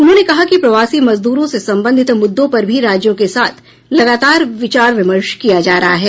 उन्होंने कहा कि प्रवासी मजदूरों से संबंधित मुद्दों पर भी राज्यों के साथ लगातार विचार विमर्श किया जा रहा है